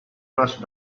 rush